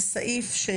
זה סעיף שפרקליט,